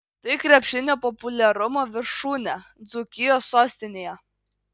tai krepšinio populiarumo viršūnė dzūkijos sostinėje